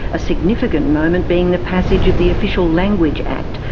a significant moment being the passage of the official language act,